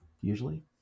usually